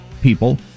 people